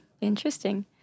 Interesting